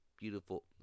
beautiful